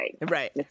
right